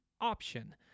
option